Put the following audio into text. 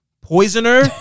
poisoner